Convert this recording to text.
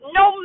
no